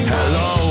Hello